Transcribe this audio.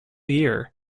year